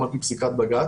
גם על פי פסיקת בג"צ,